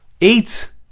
Eight